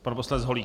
Pan poslanec Holík.